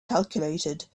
calculated